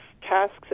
tasks